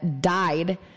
died